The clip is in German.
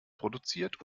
produziert